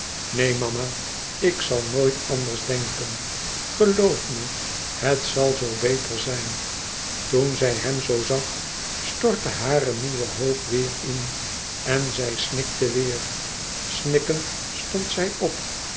neen mama ik zal nooit anders denken geloof me het zal zoo beter zijn toen zij hem zoo zag stortte hare nieuwe hoop weêr in en zij snikte weêr snikkend stond zij op